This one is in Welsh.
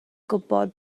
gwybod